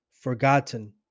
forgotten